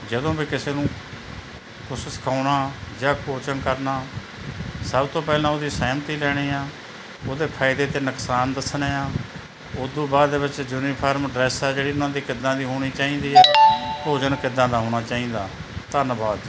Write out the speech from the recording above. ਜਦੋਂ ਵੀ ਕਿਸੇ ਨੂੰ ਕੁਛ ਸਿਖਾਉਣਾ ਜਾਂ ਕੋਚਿੰਗ ਕਰਨਾ ਸਭ ਤੋਂ ਪਹਿਲਾਂ ਉਹਦੀ ਸਹਿਮਤੀ ਲੈਣੀ ਆ ਉਹਦੇ ਫ਼ਾਇਦੇ ਅਤੇ ਨੁਕਸਾਨ ਦੱਸਣੇ ਆ ਉਸਤੋਂ ਬਾਅਦ ਵਿੱਚ ਯੂਨੀਫਾਰਮ ਡਰੈਸ ਆ ਜਿਹੜੀ ਉਹਨਾਂ ਦੀ ਕਿੱਦਾਂ ਦੀ ਹੋਣੀ ਚਾਹੀਦੀ ਹੈ ਭੋਜਨ ਕਿੱਦਾਂ ਦਾ ਹੋਣਾ ਚਾਹੀਦਾ ਧੰਨਵਾਦ ਜੀ